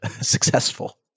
successful